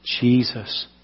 Jesus